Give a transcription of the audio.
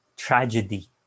tragedy